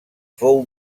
fou